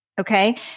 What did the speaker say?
Okay